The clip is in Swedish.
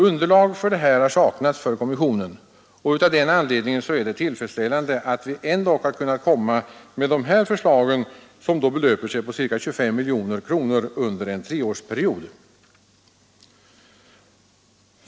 Underlag för detta har saknats för kommissionen, och av den anledningen är det tillfredsställande att vi ändock har kunnat komma med de här förslagen, som belöper sig på ca 25 miljoner kronor under en treårsperiod.